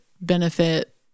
benefit